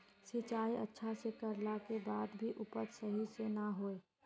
सिंचाई अच्छा से कर ला के बाद में भी उपज सही से ना होय?